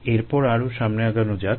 এরপর আরো সামনে আগানো যাক